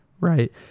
right